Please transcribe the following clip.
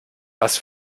was